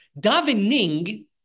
Davening